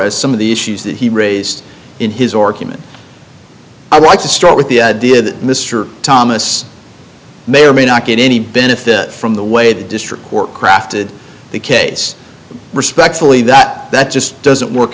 us some of the issues that he raised in his or human i wanted to start with the idea that mr thomas may or may not get any benefit from the way the district court crafted the case respectfully that that just doesn't work